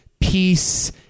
peace